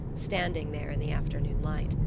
standing there in the afternoon light.